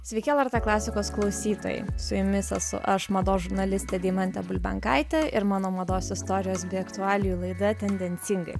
sveiki lrt klasikos klausytojai su jumis esu aš mados žurnalistė deimantė bulbenkaitė ir mano mados istorijos bei aktualijų laida tendencingai